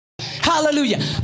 Hallelujah